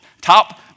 top